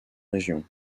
région